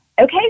okay